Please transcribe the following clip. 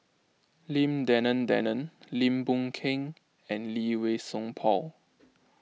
Lim Denan Denon Lim Boon Keng and Lee Wei Song Paul